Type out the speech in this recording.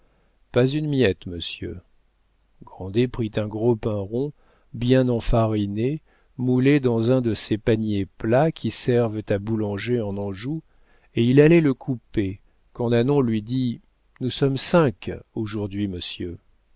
pas une miette monsieur grandet prit un gros pain rond bien enfariné moulé dans un de ces paniers plats qui servent à boulanger en anjou et il allait le couper quand nanon lui dit nous sommes cinq aujourd'hui monsieur